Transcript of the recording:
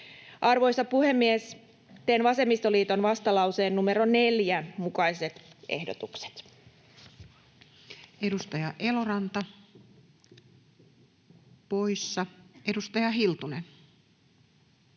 Arvoisa puhemies! Teen vasemmistoliiton vastalauseen numero neljä mukaiset ehdotukset. Edustaja Eloranta poissa. — Edustaja Hiltunen.